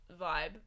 vibe